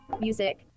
Music